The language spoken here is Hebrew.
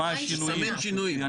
השינוי.